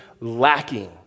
lacking